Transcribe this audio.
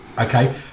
Okay